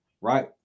right